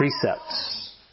precepts